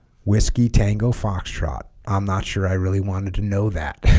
whiskey tango foxtrot i'm not sure i really wanted to know that